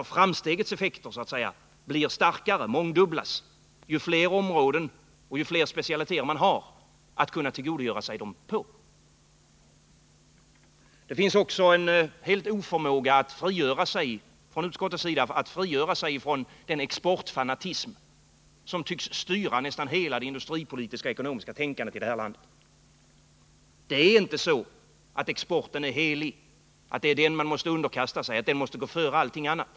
Framstegets effekt blir därför starkare — mångdubblas — ju fler områden och specialiteter man kan tillgodogöra sig den på. Utskottet saknar också helt förmåga att frigöra sig från den exportfanatism som tycks styra nästan hela det industripolitiska och ekonomiska tänkandet i det här landet. Det är inte så att exporten är helig, att det är den man måste underkasta sig och att den måste gå före allting annat.